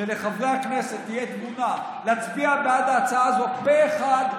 שלחברי הכנסת תהיה תבונה להצביע בעד ההצעה הזאת פה אחד,